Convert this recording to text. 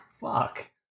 Fuck